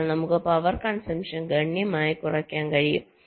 അതിനാൽ നമുക്ക് power consumption ഗണ്യമായി കുറയ്ക്കാൻ കഴിയും